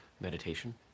meditation